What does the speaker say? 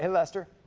and lester.